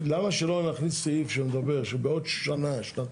למה שלא נכניס סעיף שמדבר שבעוד שנה-שנתיים